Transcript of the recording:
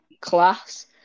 class